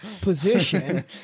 position